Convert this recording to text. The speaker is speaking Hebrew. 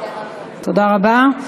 תודה רבה.